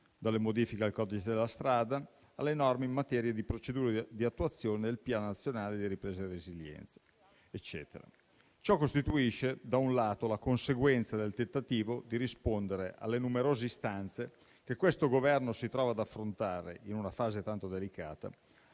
dalle modifiche al codice della strada alle norme in materia di procedure di attuazione del Piano nazionale di ripresa e resilienza. Ciò costituisce la conseguenza del tentativo di rispondere alle numerose istanze che questo Governo si trova ad affrontare in una fase tanto delicata;